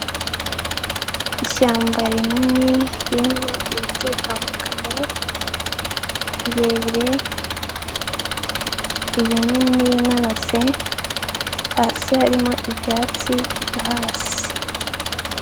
Ishyamba rinini ririmo ibiti bitandukanye, birebire ibinini n'ibinanutse, hasi harimo ibyatsi byo hasi.